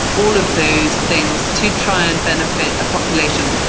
all of those things, to try and benefit a population.